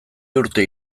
urte